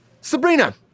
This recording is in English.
Sabrina